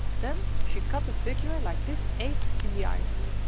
then she cut a figure like this eight in the ice.